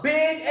Big